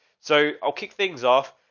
so i'll kick things off.